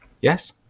Yes